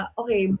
okay